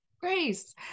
grace